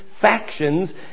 factions